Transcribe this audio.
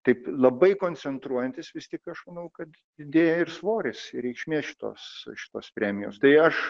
taip labai koncentruojantis vis tik aš manau kad idėja ir svoris ir reikšmė šitos šitos premijos tai aš